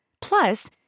Plus